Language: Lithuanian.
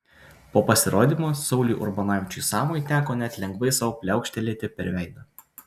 po pasirodymo sauliui urbonavičiui samui teko net lengvai sau pliaukštelėti per veidą